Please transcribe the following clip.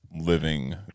living